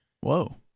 whoa